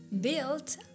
built